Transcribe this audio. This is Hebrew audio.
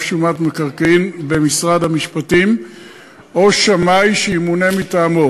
שומת מקרקעין במשרד המשפטים או שמאי שימונה מטעמו,